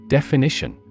Definition